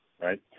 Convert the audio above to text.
right